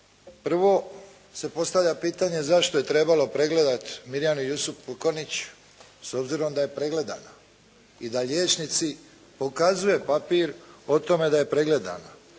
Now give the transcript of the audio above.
Prvo se postavlja pitanje zašto je trebalo pregledati Mirjanu Jusup Pukanić s obzirom da je pregledana i da liječnici pokazuje papir o tome da je pregledana.